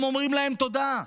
הם אומרים להם תודה.